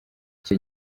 icyo